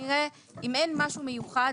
אם אין משהו מיוחד,